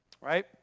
Right